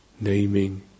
naming